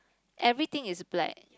everything is black